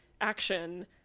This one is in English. action